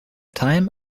time